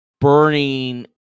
burning